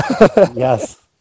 Yes